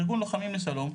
ארגון לוחמים לשלום,